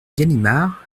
galimard